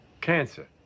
Cancer